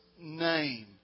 name